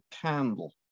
candle